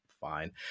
Fine